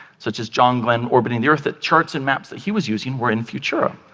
such as john glenn orbiting the earth, that charts and maps that he was using were in futura.